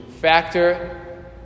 factor